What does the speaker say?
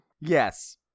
Yes